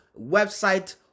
website